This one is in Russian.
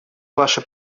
ваше